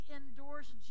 endorsed